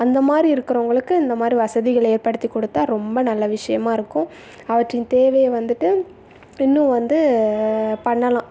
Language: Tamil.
அந்தமாதிரி இருக்கிறவங்களுக்கு இந்தமாதிரி வசதிகள் ஏற்படுத்தி கொடுத்தா ரொம்ப நல்ல விஷயமாக இருக்கும் அவற்றின் தேவை வந்துட்டு இன்னும் வந்து பண்ணலாம்